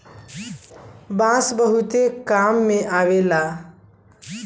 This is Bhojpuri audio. बांस बहुते काम में अवेला